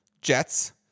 Jets